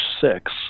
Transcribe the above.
six